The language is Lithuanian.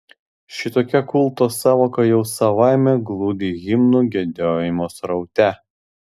šitokia kulto sąvoka jau savaime glūdi himnų giedojimo sraute